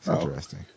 interesting